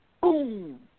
Boom